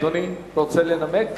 אתה רוצה לנמק?